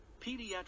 Pediatric